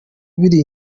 biri